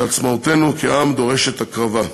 שעצמאותנו כעם, דורשים הקרבה.